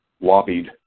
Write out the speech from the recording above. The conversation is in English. lobbied